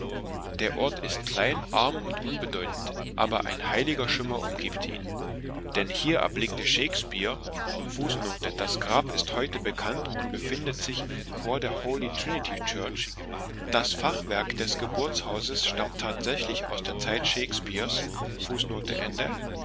der ort ist klein arm und unbedeutend aber ein heiliger schimmer umgibt ihn denn hier erblickte shakespeare fußnote das grab ist heute bekannt und befindet sich im chor der holy trinity church das fachwerk des geburtshauses stammt tatsächlich aus der zeit shakespeares